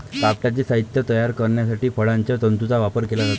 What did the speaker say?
कापडाचे साहित्य तयार करण्यासाठी फळांच्या तंतूंचा वापर केला जातो